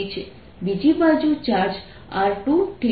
બીજી બાજુ charge r2θ બનશે